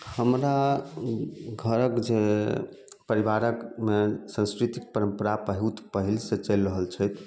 हमरा घरक जे परिबारकमे संस्कृतिक परंपरा बहुत पहिले से चलि रहल छै